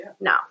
no